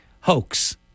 hoax